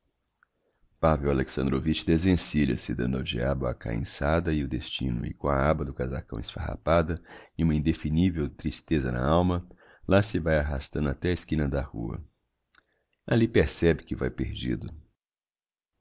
chuba pavel alexandrovitch desenvencilha se dando ao diabo a cainçada e o destino e com a aba do casacão esfarrapada e uma indefinivel tristeza na alma lá se vae arrastando até á esquina da rua ali percebe que vae perdido